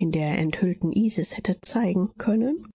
in der enthüllten isis hätte zeigen können